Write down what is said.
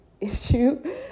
issue